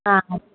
हा